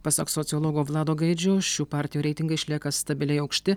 pasak sociologo vlado gaidžio šių partijų reitingai išlieka stabiliai aukšti